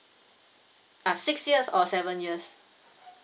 ah six years or seven years